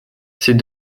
ces